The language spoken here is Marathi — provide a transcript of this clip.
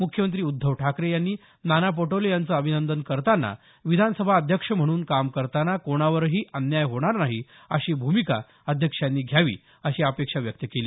मुख्यमंत्री उद्धव ठाकरे यांनी नाना पटोले यांचं अभिनंदन करताना विधानसभा अध्यक्ष म्हणून काम करताना कोणावरही अन्याय होणार नाही अशी भूमिका अध्यक्षांनी घ्यावी अशी अपेक्षा व्यक्त केली